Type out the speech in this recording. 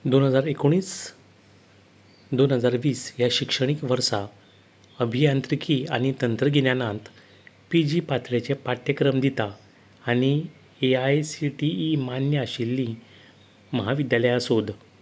दोन हजार एकुणीस दोन हजार वीस ह्या शिक्षणीक वर्सा अभियांत्रिकी आनी तंत्रगिन्यानांत पीजी पातळेचे पाठ्यक्रम दिता आनी एआयसीटीई मान्य आशिल्लीं म्हाविद्यालयां सोद